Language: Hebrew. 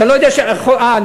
אה,